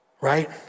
Right